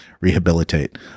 rehabilitate